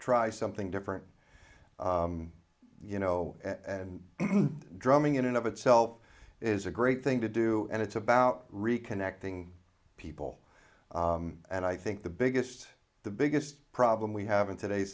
try something different you know and drumming in and of itself is a great thing to do and it's about reconnecting people and i think the biggest the biggest problem we have in today's